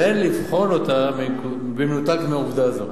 ואין לבחון אותה במנותק מעובדה זו.